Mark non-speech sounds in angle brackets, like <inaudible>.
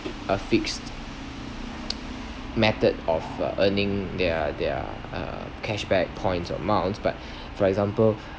a fixed <noise> method of uh earning their their uh cashback points or miles but for example